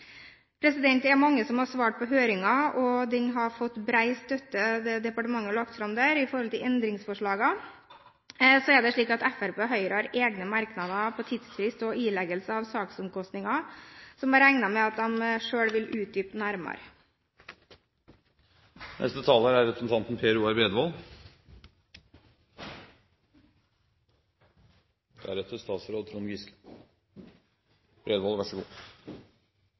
Det er mange som har svart på høringsutkastet, og det departementet har lagt fram av endringsforslag, har fått bred støtte. Så er det slik at Fremskrittspartiet og Høyre har egne merknader når det gjelder tidsfrist og ileggelse av saksomkostninger, og jeg regner med at de selv vil utdype det nærmere. Det er